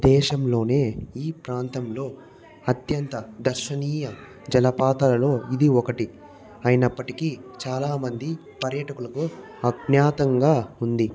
దేశంలోని ఈ ప్రాంతంలో అత్యంత దర్శనీయ జలపాతాలలో ఇది ఒకటి అయినప్పటికీ చాలా మంది పర్యాటకులకు అజ్ఞాతంగా ఉంది